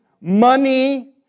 money